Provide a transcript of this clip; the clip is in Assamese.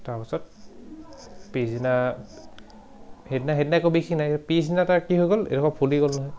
তাৰপাছত পিছদিনা সেইদিনা সেদনাই আকৌ বিষ নাই পিছদিনা তাৰ কি হৈ গ'ল এইডখৰ ফুলি গ'ল নহয়